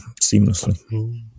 seamlessly